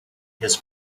his